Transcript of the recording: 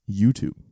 YouTube